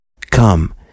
Come